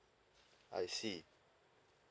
I see